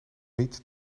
niet